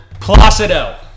Placido